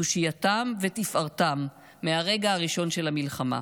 תושייתם ותפארתם מהרגע הראשון של המלחמה.